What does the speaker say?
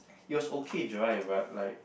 it was okay dry but like